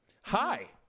Hi